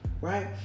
Right